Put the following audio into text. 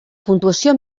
puntuació